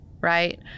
right